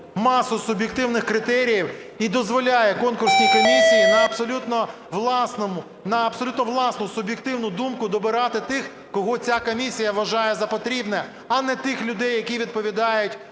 масу суб'єктивних критеріїв і дозволяє конкурсній комісії на абсолютно власну суб'єктивну думку добирати тих, кого ця комісія вважає за потрібне, а не тих людей, які відповідають